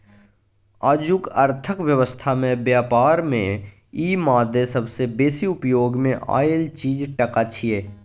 आजुक अर्थक व्यवस्था में ब्यापार में ई मादे सबसे बेसी उपयोग मे आएल चीज टका छिये